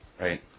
Right